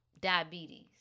Diabetes